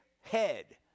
head